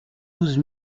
douze